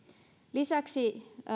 lisäksi